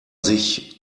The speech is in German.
sich